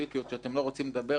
שאתם לא רוצים לדבר עליהן כאן,